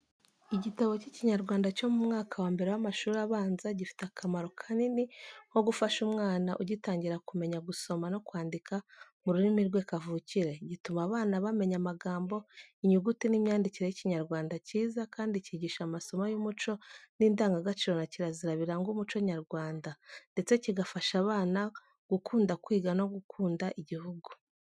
Igitabo cy’Ikinyarwanda cyo mu mwaka wa mbere w’amashuri abanza gifite akamaro kanini nko gufasha umwana ugitangira kumenya gusoma no kwandika mu rurimi rwe kavukire. Gituma abana bamenya amagambo, inyuguti n’imyandikire y’Ikinyarwanda cyiza, kandi kigisha amasomo y’umuco n’indangagaciro na kirazira biranga umuco nyarwanda, ndetse kigafasha abana gukunda kwiga no gukunda igihugu.